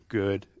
good